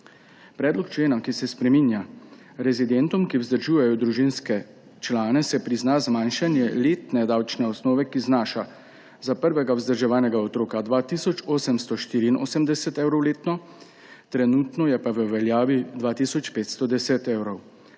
Predlog člena, ki se spreminja, pravi, da rezidentom, ki vzdržujejo družinske člane, se prizna zmanjšanje letne davčne osnove, ki znaša za prvega vzdrževanega otroka 2 tisoč 884 letno, trenutno velja, da je 2 tisoč 510 evrov,